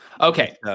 okay